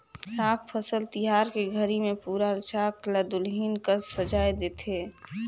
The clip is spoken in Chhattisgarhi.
लद्दाख फसल तिहार के घरी मे पुरा लद्दाख ल दुलहिन कस सजाए देथे